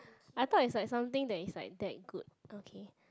I thought is like something that is like that good okay